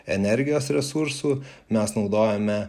energijos resursų mes naudojame